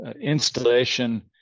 installation